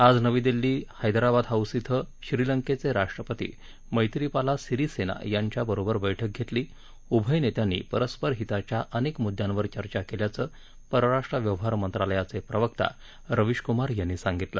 आज नवी दिल्ली हैद्राबाद हाउस धिं श्रीलंकेचे राष्ट्रपती मंत्रीपाला सिरीसेना यांच्याबरोबर बैठक घेतली उभय नेत्यांनी परस्पर हिताच्या अनेक मुद्यांवर चर्चा केल्याचं परराष्ट्र व्यवहार मंत्र्यालयाचे प्रवक्ते रवीश कुमार यांनी सांगितलं